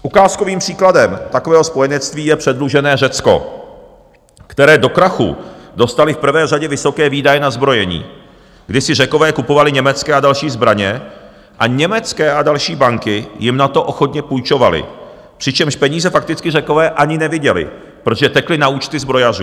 Ukázkovým příkladem takového spojenectví je předlužené Řecko, které do krachu dostaly v prvé řadě vysoké výdaje na zbrojení, kdy si Řekové kupovali německé a další zbraně a německé a další banky jim na to ochotně půjčovaly, přičemž peníze fakticky Řekové ani neviděli, protože tekly na účty zbrojařů.